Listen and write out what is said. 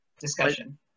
discussion